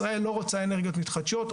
ישראל לא רוצה אנרגיות מתחדשות,